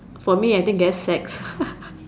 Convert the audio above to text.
for me I think that's sex